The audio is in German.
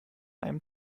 einem